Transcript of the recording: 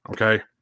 Okay